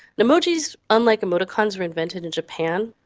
emojis, unlike emoticons, were invented in japan,